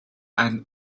and